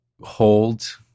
hold